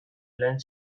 lan